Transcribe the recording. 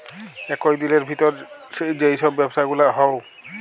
একই দিলের ভিতর যেই সব ব্যবসা গুলা হউ